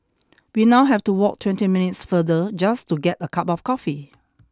we now have to walk twenty minutes farther just to get a cup of coffee